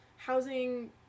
Housing